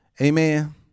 amen